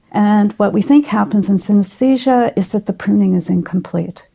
and what we think happens in synaesthesia is that the pruning is incomplete.